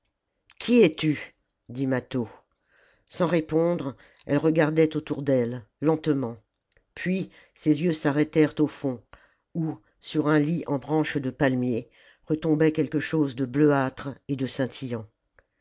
qui es-tu dit mâtho sans répondre elle regardait autour d'elle lentement puis ses yeux s'arrêtèrent au fond où sur un lit en branches de palmier retombait quelque chose de bleuâtre et de